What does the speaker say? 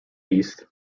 east